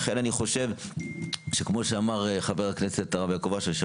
לכן אני חושב שכמו שאמר חבר הכנסת הרב יעקב אשר,